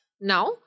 Now